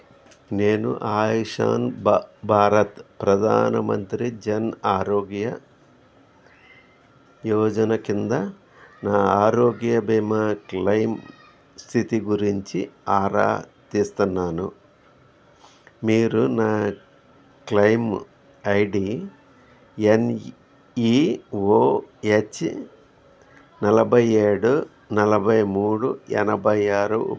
నేను ఆయుష్మాన్ భా భారత్ ప్రధాన మంత్రి జన్ ఆరోగ్య యోజన కింద నా ఆరోగ్య బీమా క్లెయిమ్ స్థితి గురించి ఆరా తీస్తన్నాను మీరు నా claim ID N E O H నలభై ఏడు నలభై మూడు ఎనభై ఆరు